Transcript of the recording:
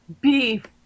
beef